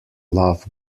love